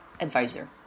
advisor